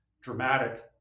dramatic